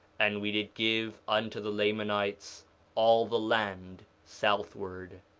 and we did give unto the lamanites all the land southward.